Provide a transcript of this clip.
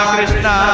Krishna